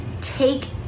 take